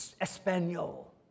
Espanol